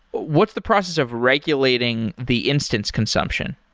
what's the process of regulating the instance consumption?